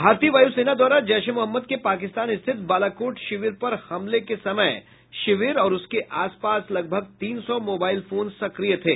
भारतीय वायु सेना द्वारा जैश ए मोहम्मद के पाकिस्तान स्थित बालाकोट शिविर पर हमले के समय शिविर के आस पास लगभग तीन सौ मोबाईल फोन सक्रिय थे